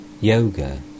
yoga